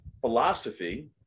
philosophy